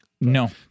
No